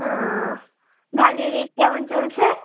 ও ধানের রেট কেমন চলছে